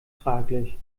fraglich